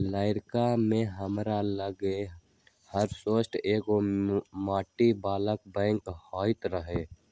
लइरका में हमरा लग हरशठ्ठो एगो माटी बला बैंक होइत रहइ